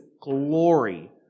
glory